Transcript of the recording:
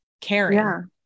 caring